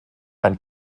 ein